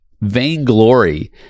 vainglory